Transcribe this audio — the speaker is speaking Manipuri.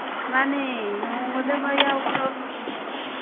ꯃꯥꯅꯦ ꯂꯨꯍꯣꯡꯒꯗꯕ ꯌꯥꯎꯕ꯭ꯔꯣ